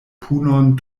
punon